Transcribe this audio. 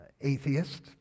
atheist